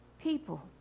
people